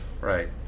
right